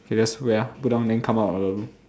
ok just wait ah put down then come out of the room